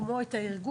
כמו את הארגון,